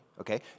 Okay